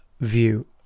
view